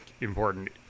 important